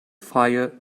fire